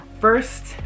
First